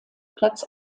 platz